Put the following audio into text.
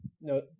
No